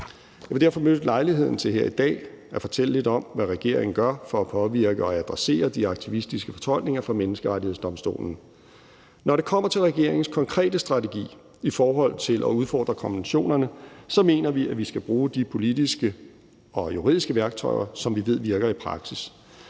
Jeg vil derfor benytte lejligheden til her i dag at fortælle lidt om, hvad regeringen gør for at påvirke og adressere de aktivistiske fortolkninger fra Menneskerettighedsdomstolen. Når det kommer til regeringens konkrete strategi i forhold til at udfordre konventionerne, mener vi, at vi skal bruge de politiske og juridiske værktøjer, som vi ved virker i praksis.